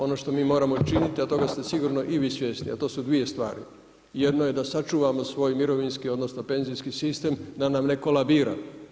Ono što mi moramo činiti, a toga ste sigurno i vi svjesni, a to su 2 stvari, jedno je da sačuvamo svoj mirovinski, odnosno, penzijski sistem da nam ne kolabira.